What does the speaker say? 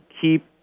Keep